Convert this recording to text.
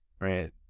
right